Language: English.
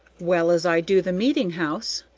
well as i do the meeting-house.